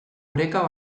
oreka